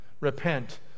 repent